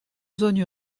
zones